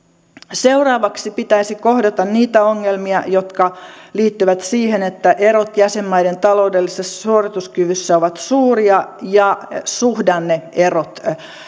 seuraavaksi pitäisi kohdata niitä ongelmia jotka liittyvät siihen että erot jäsenmaiden taloudellisessa suorituskyvyssä ovat suuria ja myös suhdanne erot